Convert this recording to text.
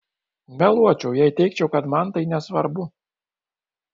meluočiau jei teigčiau kad man tai nesvarbu